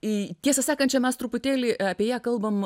i tiesą sakant čia mes truputėlį apie ją kalbam